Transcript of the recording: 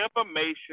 information